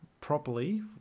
properly